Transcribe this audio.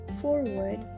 forward